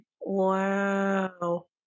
wow